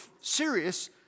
serious